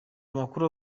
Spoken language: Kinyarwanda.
amakuru